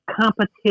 competition